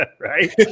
right